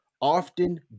often